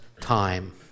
time